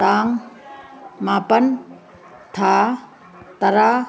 ꯇꯥꯡ ꯃꯥꯄꯟ ꯊꯥ ꯇꯔꯥ